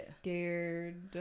scared